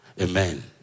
Amen